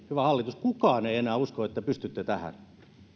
hyvä hallitus kukaan ei enää usko että pystytte tähän